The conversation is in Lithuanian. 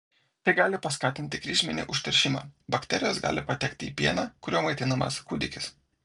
tai gali paskatinti kryžminį užteršimą bakterijos gali patekti į pieną kuriuo maitinamas kūdikis